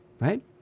Right